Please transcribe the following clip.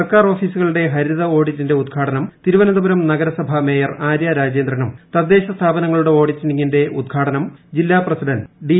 സർക്കാർ ഓഫിസുകളുടെ ഹരിത ഓഡിറ്റിന്റെ ഉദ്ഘാടനം തിരുവനന്തപുരം നഗരസഭാ മേയർ ആര്യ രാജേന്ദ്രനും തദ്ദേശഭരണ സ്ഥാപനങ്ങളുടെ ഓഡിറ്റിന്റെ ഉദ്ഘാടനം ജില്ലാ പഞ്ചായത്ത് പ്രസിഡന്റ് ഡി